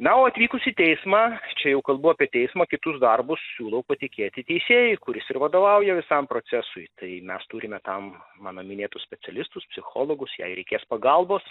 na o atvykus į teismą čia jau kalbu apie teismą kitus darbus siūlau patikėti teisėjui kuris ir vadovauja visam procesui tai mes turime tam mano minėtus specialistus psichologus jei reikės pagalbos